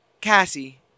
Cassie